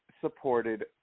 supported